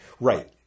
Right